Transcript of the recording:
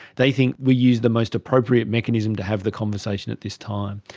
they think we use the most appropriate mechanism to have the conversation at this time.